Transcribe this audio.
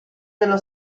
dello